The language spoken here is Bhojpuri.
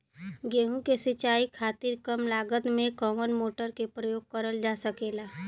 गेहूँ के सिचाई खातीर कम लागत मे कवन मोटर के प्रयोग करल जा सकेला?